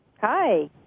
Hi